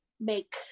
make